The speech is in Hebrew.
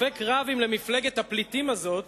ספק רב אם למפלגת הפליטים הזאת